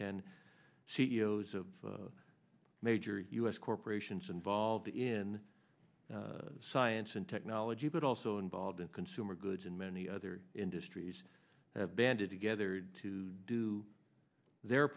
ten c e o s of major u s corporations involved in science and technology but also involved in consumer goods and many other industries have banded together to do their